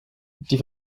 die